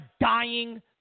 dying